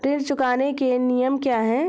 ऋण चुकाने के नियम क्या हैं?